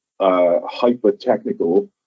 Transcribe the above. hyper-technical